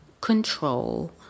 Control